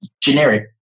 generic